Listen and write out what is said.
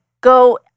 go